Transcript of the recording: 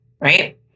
right